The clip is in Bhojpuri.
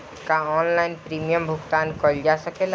का ऑनलाइन प्रीमियम भुगतान कईल जा सकेला?